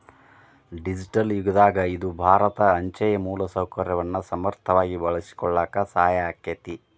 digital ಯುಗದಾಗ ಇದು ಭಾರತ ಅಂಚೆಯ ಮೂಲಸೌಕರ್ಯವನ್ನ ಸಮರ್ಥವಾಗಿ ಬಳಸಿಕೊಳ್ಳಾಕ ಸಹಾಯ ಆಕ್ಕೆತಿ